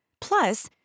Plus